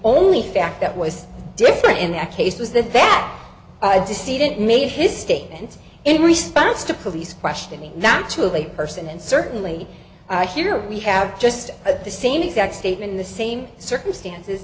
only fact that was different in that case was that that i decided made his statement in response to police questioning not to a person and certainly here we have just at the same exact statement in the same circumstances